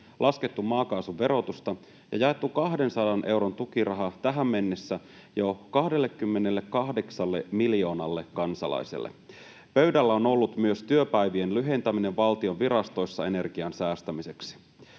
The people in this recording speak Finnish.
laskettu maakaasun verotusta ja jaettu 200 euron tukiraha tähän mennessä jo 28 miljoonalle kansalaiselle. Pöydällä on ollut myös työpäivien lyhentäminen valtion virastoissa energian säästämiseksi.